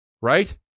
Right